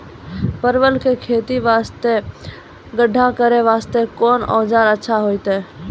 परवल के खेती वास्ते गड्ढा करे वास्ते कोंन औजार अच्छा होइतै?